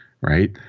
right